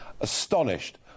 astonished